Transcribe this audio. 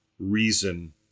reason